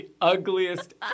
ugliest